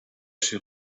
się